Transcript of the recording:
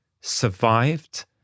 survived